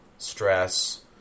Stress